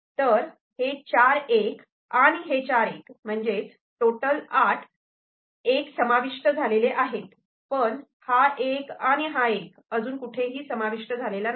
तर हे चार '1'आणि हे चार '1' म्हणजेच टोटल 8 '1' समाविष्ट झालेले आहेत पण हा '1' आणि हा '1' अजून कुठेही समाविष्ट झालेले नाही